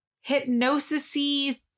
hypnosis-y